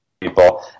People